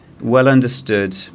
well-understood